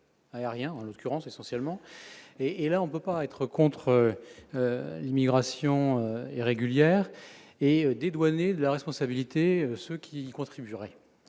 aériens, en l'occurrence, essentiellement et et là on peut pas être contre l'immigration et régulière et dédouaner la responsabilité, ce qui contribuerait